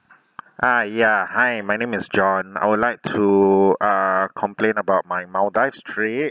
uh yeah hi my name is john I would like to uh complain about my maldives trip